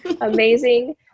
Amazing